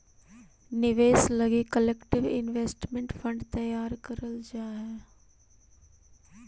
निवेश लगी collective investment fund तैयार करल जा हई